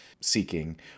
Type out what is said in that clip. seeking